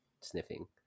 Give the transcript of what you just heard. sniffing